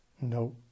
No